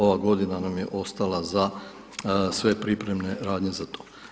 Ova godina nam je ostala za sve pripremne radnje za to.